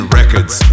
records